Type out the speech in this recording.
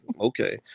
Okay